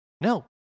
No